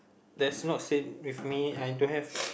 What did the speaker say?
that's not same with me I don't have